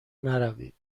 نروید